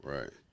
Right